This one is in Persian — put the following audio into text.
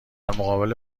مقابل